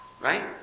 Right